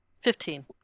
Fifteen